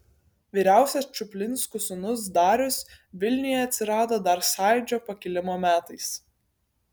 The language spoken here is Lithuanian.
vyriausias čuplinskų sūnus darius vilniuje atsirado dar sąjūdžio pakilimo metais